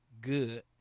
good